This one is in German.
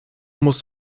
muss